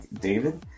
David